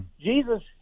Jesus